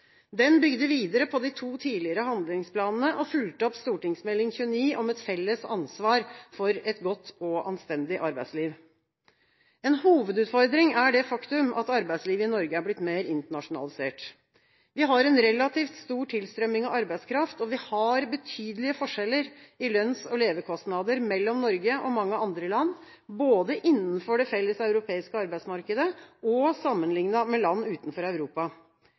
Den bygde videre på de to tidligere handlingsplanene og fulgte opp Meld. St. 29 for 2010–2011 om et felles ansvar for et godt og anstendig arbeidsliv. En hovedutfordring er det faktum at arbeidslivet i Norge er blitt mer internasjonalisert. Vi har en relativt stor tilstrømming av arbeidskraft, og det er betydelige forskjeller i lønns- og levekostnader mellom Norge og mange andre land, både innenfor det felles europeiske arbeidsmarkedet og sammenlignet med land utenfor Europa.